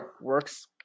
works